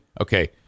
Okay